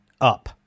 up